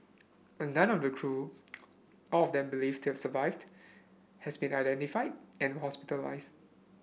and none of the crew all of them believed to have survived has been identified and hospitalized